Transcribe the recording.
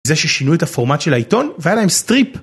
זה ששינו את הפורמט של העיתון והיה להם סטריפ.